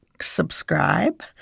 subscribe